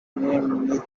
name